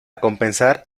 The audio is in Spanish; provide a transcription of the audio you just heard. compensar